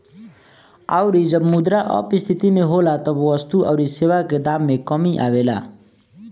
अउरी जब मुद्रा अपस्थिति में होला तब वस्तु अउरी सेवा के दाम में कमी आवेला